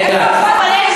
נאלץ.